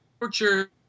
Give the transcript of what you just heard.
torture